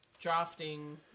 drafting